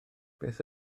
beth